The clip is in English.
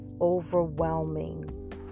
overwhelming